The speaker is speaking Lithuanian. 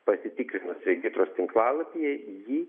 pasitikrinus regitros tinklalapyje jį